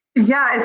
yeah,